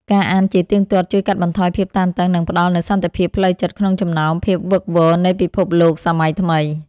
ការអានជាទៀងទាត់ជួយកាត់បន្ថយភាពតានតឹង និងផ្ដល់នូវសន្តិភាពផ្លូវចិត្តក្នុងចំណោមភាពវឹកវរនៃពិភពលោកសម័យថ្មី។